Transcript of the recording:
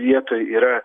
vietoj yra